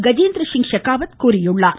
கஜேந்திரசிங் ஷெகாவத் தெரிவித்திருக்கிறார்